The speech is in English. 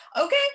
okay